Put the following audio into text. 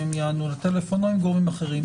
אם הם יענו לטלפון - או עם גורמים אחרים.